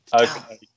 Okay